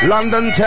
London